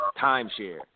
timeshare